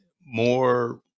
more